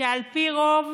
שעל פי רוב